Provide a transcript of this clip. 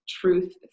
truth